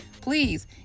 please